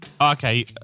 okay